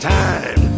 time